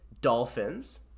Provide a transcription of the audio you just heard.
dolphins